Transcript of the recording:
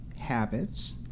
habits